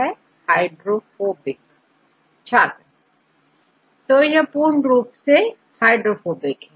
छात्र हाइड्रोफोबिक तो यह पूर्ण रूप से हाइड्रोफोबिक है